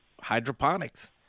hydroponics